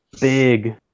big